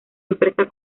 empresa